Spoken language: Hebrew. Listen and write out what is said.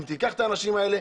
אם תיקח את האנשים האלה,